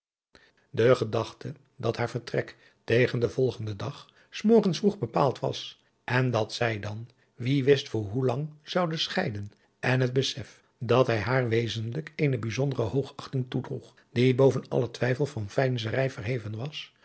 de gedachte dat haar vertrek tegen den volgenden dag adriaan loosjes pzn het leven van hillegonda buisman s morgens vroeg bepaald was en dat zij dan wie wist voor hoe lang zouden scheiden en het besef dat hij haar wezenlijk eene bijzondere hoogachting toedroeg die boven allen twijfel van veinzerij verheven was